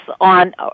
on